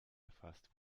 erfasst